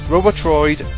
Robotroid